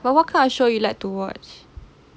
but what kind of show you like to watch